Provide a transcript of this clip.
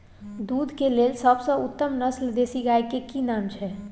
दूध के लेल सबसे उत्तम नस्ल देसी गाय के की नाम छै?